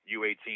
U18